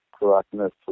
Correctness